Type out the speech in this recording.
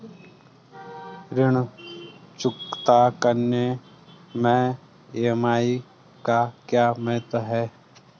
ऋण चुकता करने मैं ई.एम.आई का क्या महत्व है?